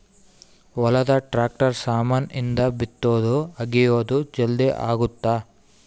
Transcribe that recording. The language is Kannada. ಹೊಲದ ಟ್ರಾಕ್ಟರ್ ಸಾಮಾನ್ ಇಂದ ಬಿತ್ತೊದು ಅಗಿಯೋದು ಜಲ್ದೀ ಅಗುತ್ತ